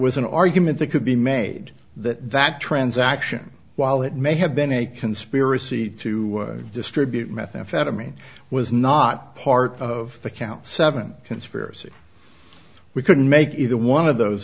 was an argument that could be made that that transaction while it may have been a conspiracy to distribute methamphetamine was not part of the count seven conspiracy we couldn't make either one of those